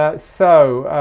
ah so